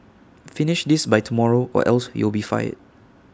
finish this by tomorrow or else you'll be fired